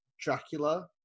dracula